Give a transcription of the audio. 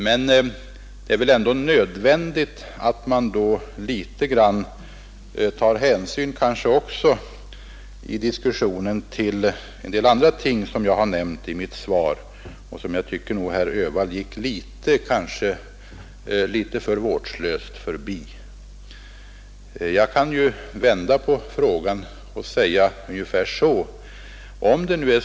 Men det är väl ändå nödvändigt att i diskussionen i någon mån också ta hänsyn till en del andra ting som jag har nämnt i mitt svar och som jag tycker att herr Öhvall gick litet för vårdslöst förbi. Jag kan ju vända på frågan och säga ungefär så här.